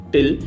Till